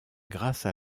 grâce